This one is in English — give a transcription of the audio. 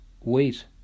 Wait